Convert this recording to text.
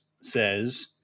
says